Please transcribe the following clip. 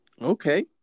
Okay